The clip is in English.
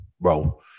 bro